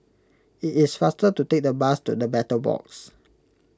it is faster to take the bus to the Battle Box